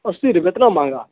اسی روپیے اتنا مہنگا